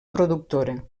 productora